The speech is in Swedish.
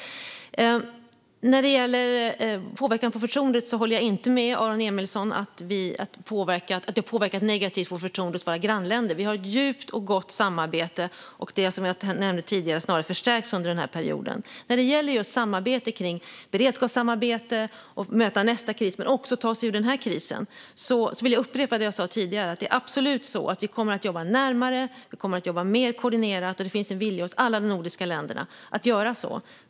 När det gäller påverkan på förtroendet håller jag inte med Aron Emilsson om att vårt förtroende hos våra grannländer har påverkats negativt. Vi har ett djupt och gott samarbete, och som jag nämnde tidigare har det snarare förstärkts under den här perioden. När det gäller samarbete kring beredskap och att möta nästa kris, men också att ta sig ur den här krisen, vill jag upprepa det jag sa tidigare: Vi kommer absolut att jobba närmare och mer koordinerat, och det finns en vilja hos alla de nordiska länderna att göra så.